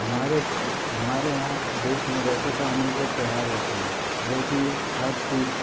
हमारे हमारे यहाँ देश में वैसे तो अनेकों त्योहार होते हैं जो कि हर चीज